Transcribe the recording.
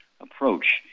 approach